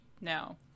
No